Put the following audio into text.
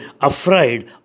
afraid